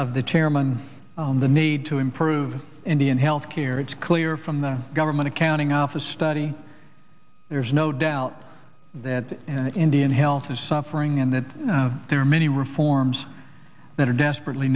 of the chairman and the need to improve indian health care it's clear from the government accounting office study there's no doubt that an indian health is suffering and that there are many reforms that are desperately